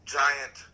giant